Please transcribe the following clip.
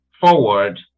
forward